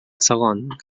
segon